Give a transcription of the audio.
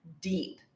deep